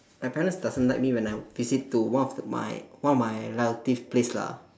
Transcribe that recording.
my parents doesn't like me when I visit to one of my one of my relative place lah